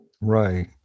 Right